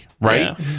right